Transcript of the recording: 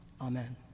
Amen